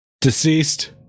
deceased